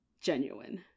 genuine